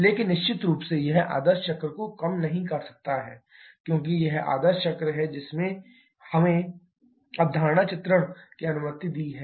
लेकिन निश्चित रूप से यह आदर्श चक्र को कम नहीं कर सकता है क्योंकि यह आदर्श चक्र है जिसने हमें अवधारणा चित्रण की अनुमति दी है